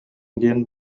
диэн